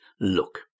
look